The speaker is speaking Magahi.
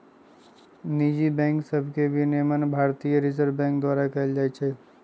निजी बैंक सभके विनियमन भारतीय रिजर्व बैंक द्वारा कएल जाइ छइ